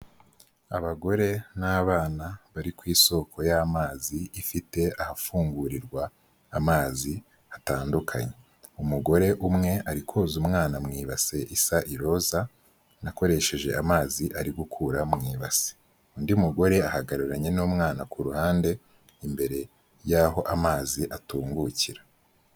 Abagore n'abana bari ku isoko y'amazi, ifite ahafungurirwa amazi hatandukanye, umugore umwe ari koza umwana mu ibase isa iroza, anakoresheje amazi ari gukura mu ibasi, undi mugore ahagararanye n'umwana ku ruhande imbere y'aho amazi atungukira.